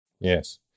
Yes